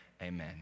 amen